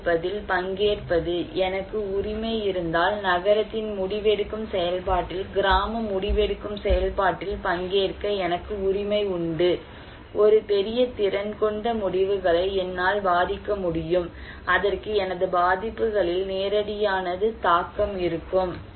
முடிவெடுப்பதில் பங்கேற்பது எனக்கு உரிமை இருந்தால் நகரத்தின் முடிவெடுக்கும் செயல்பாட்டில் கிராம முடிவெடுக்கும் செயல்பாட்டில் பங்கேற்க எனக்கு உரிமை உண்டு ஒரு பெரிய திறன் கொண்ட முடிவுகளை என்னால் பாதிக்க முடியும் அதற்கு எனது பாதிப்புகளில் நேரடியானது தாக்கம் இருக்கும்